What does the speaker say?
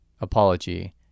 apology